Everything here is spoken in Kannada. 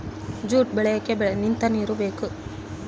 ಜೂಟ್ ಬೆಳಿಯಕ್ಕೆ ನಿಂತ ನೀರು ಬೇಕು